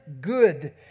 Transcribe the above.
good